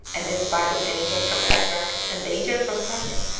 and in spite of danger from cataracts and danger from famine,